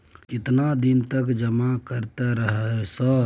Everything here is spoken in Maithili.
केतना दिन तक जमा करते रहे सर?